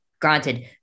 granted